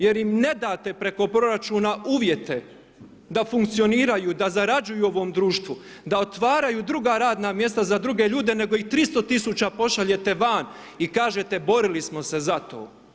Jer im ne date preko proračuna uvjete da funkcioniraju, da zarađuju u ovom društvu, da otvaraju druga radna mjesta za druge ljude, nego ih 300 tisuća pošaljete van i kažete borili smo se za to.